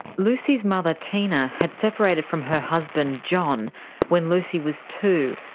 lucy's mother tina had separated from her husband john when lucy was two,